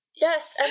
Yes